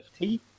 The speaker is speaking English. FT